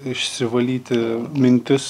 išsivalyti mintis